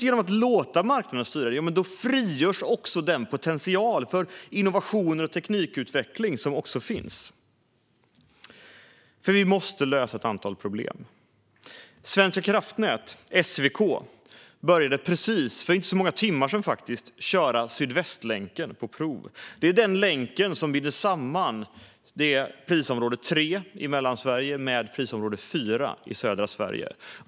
Genom att man låter marknaden styra frigörs också den potential för innovationer och teknikutveckling som finns. Vi måste lösa ett antal problem. Svenska kraftnät, SVK, började för inte så många timmar sedan att köra Sydvästlänken på prov. Det är den länk som binder samman prisområde 3 i Mellansverige med prisområde 4 i södra Sverige.